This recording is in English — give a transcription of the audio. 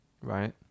right